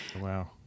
Wow